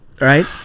right